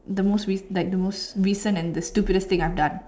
the most like the most recent and the stupidest thing I've done